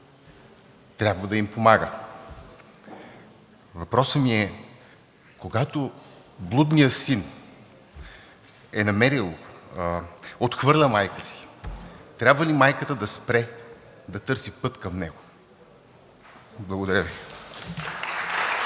трябва да им помага. Въпросът ми е, когато блудният син отхвърля майка си, трябва ли майката да спре да търси път към него? Благодаря Ви.